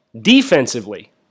Defensively